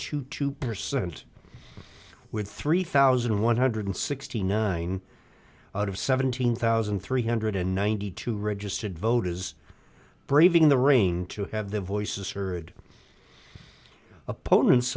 y two percent with three thousand one hundred and sixty nine out of seventeen thousand three hundred and ninety two registered voters braving the rain to have their voices heard opponents